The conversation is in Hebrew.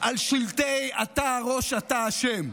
על שלטי: אתה הראש, אתה אשם.